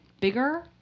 bigger